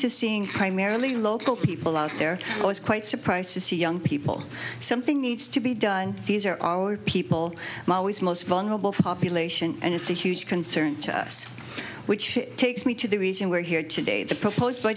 to seeing primarily local people out there was quite surprised to see young people something needs to be done these are our people always most vulnerable population and it's a huge concern to us which takes me to the reason we're here today the propose